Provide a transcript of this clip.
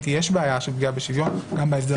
יש בעיה של פגיעה בשוויון גם בהסדר הקיים.